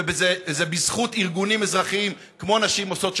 וזה בזכות ארגונים אזרחיים כמו נשים עושות שלום,